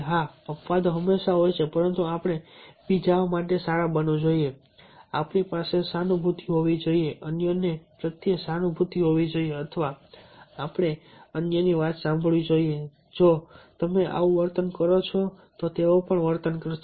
હા અપવાદો હંમેશા હોય છે પરંતુ આપણે બીજાઓ માટે સારા બનવું જોઈએ આપણી પાસે સહાનુભૂતિ હોવી જોઈએ અન્યો પ્રત્યે સહાનુભૂતિ હોવી જોઈએ અથવા આપણે અન્યની વાત સાંભળવી જોઈએ જો તમે આવું વર્તન કરો છો તો તેઓ પણ વર્તન કરશે